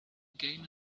game